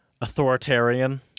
authoritarian